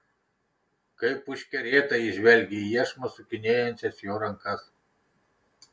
kaip užkerėta ji žvelgė į iešmą sukinėjančias jo rankas